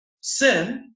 sin